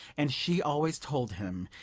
and she always told him.